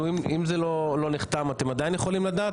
אם זה לא נחתם אתם עדיין יכולים לדעת?